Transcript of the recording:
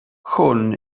hwn